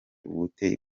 ubute